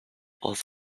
was